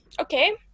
Okay